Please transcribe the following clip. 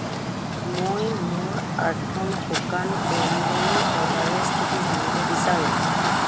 মই মোৰ আৰ্থ'ন শুকান ক্ৰেনবেৰীৰ অৰ্ডাৰৰ স্থিতি জানিব বিচাৰোঁ